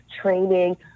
training